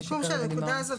הסיכום של הנקודה הזאת,